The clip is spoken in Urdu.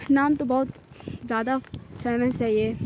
نام تو بہت زیادہ فیمس ہے یہ